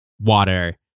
water